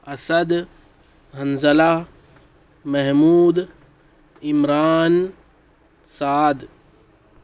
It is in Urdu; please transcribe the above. اسد حنظلہ محمود عمران سعد